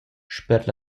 sper